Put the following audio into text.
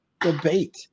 debate